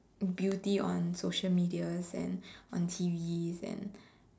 beauty on social media and on T_Vs and